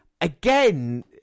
again